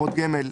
(קופות גמל),